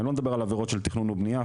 אני לא מדבר על עבירות של תכנון ובנייה,